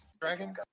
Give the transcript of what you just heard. Dragon